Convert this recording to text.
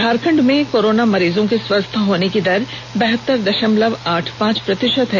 झारखंड में कोरोना मरीजों के स्वस्थ होने की दर बहतर दषमलव आठ पांच प्रतिषत है